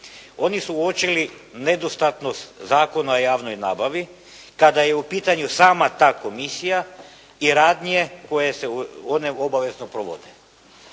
Oni su uočili nedostatnost Zakona o javnoj nabavi kada je u pitanju sama ta Komisija i rad nje koje se one obavezno provode.